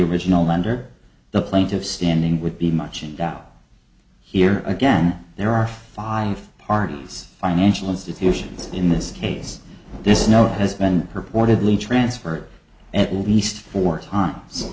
original lender the plaintiff standing would be much in doubt here again there are five parties financial institutions in this case this note has been purportedly transferred at least four times